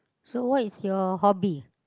so what is your hobby